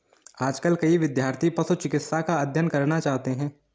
आजकल कई विद्यार्थी पशु चिकित्सा का अध्ययन करना चाहते हैं